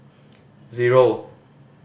zero